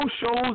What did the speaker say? shows